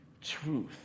truth